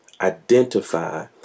identify